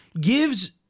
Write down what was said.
gives